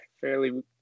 fairly